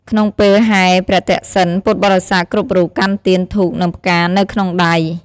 ក្នុងពេលហែរប្រទក្សិណ ពុទ្ធបរិស័ទគ្រប់រូបកាន់ទៀន ធូប និងផ្កានៅក្នុងដៃ។